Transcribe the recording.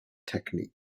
technique